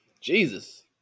Jesus